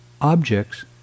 Objects